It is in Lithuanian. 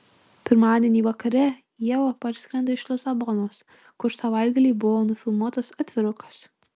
pirmadienį vakare ieva parskrenda iš lisabonos kur savaitgalį buvo nufilmuotas atvirukas